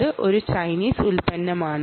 അത് ഒരു ചൈനീസ് ഉൽപ്പന്നമാണ്